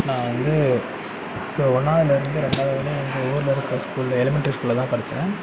நான் வந்து ஒன்றாவுதுலேருந்து ரெண்டாவது வரைக்கும் எங்கள் ஊரிலிருக்க ஸ்கூலு எலிமெண்ட்ரி ஸ்கூலில் தான் படித்தேன்